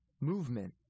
movement